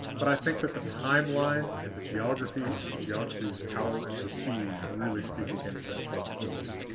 but i think that the timeline, and the geography, and the geography of power and prestige really speak against that possibility.